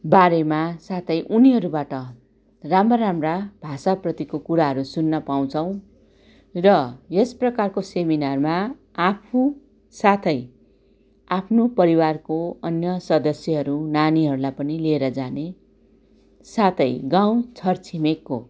बारेमा साथै उनीहरूबाट राम्रा राम्रा भाषाप्रतिको कुराहरू सुन्न पाउँछौँ र यस प्रकारको सेमिनारमा आफू साथै आफ्नो परिवारको अन्य सदस्यहरू नानीहरूलाई पनि लिएर जाने साथै गाउँ छर छिमेकको